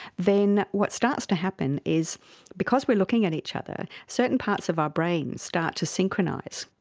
then what starts to happen is because we are looking at each other, certain parts of our brains start to synchronise,